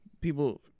People